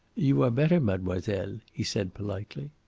you are better, mademoiselle, he said politely.